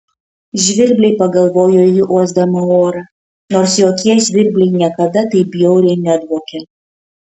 žvirbliai pagalvojo ji uosdama orą nors jokie žvirbliai niekada taip bjauriai nedvokė